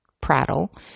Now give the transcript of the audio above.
prattle